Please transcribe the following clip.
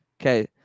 Okay